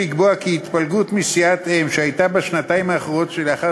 לקבוע כי התפלגות מסיעת-אם שהייתה בשנתיים הראשונות שלאחר